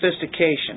sophistication